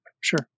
Sure